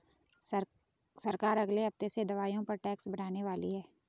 सरकार अगले हफ्ते से दवाइयों पर टैक्स बढ़ाने वाली है